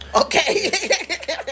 Okay